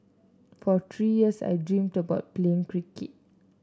for three years I dreamed about playing cricket